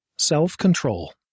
Self-Control